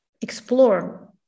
explore